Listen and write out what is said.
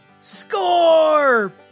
Score